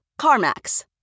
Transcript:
CarMax